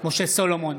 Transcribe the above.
משה סולומון,